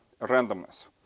randomness